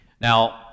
Now